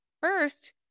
First